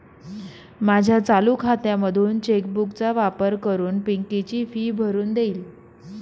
माझ्या चालू खात्यामधून चेक बुक चा वापर करून पिंकी ची फी भरून देईल